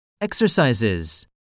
Exercises